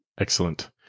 Excellent